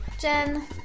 Jen